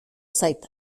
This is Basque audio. zait